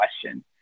question